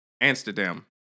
Amsterdam